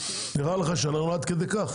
נראה לך שאנחנו עד כדי כך?